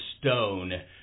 stone